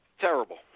terrible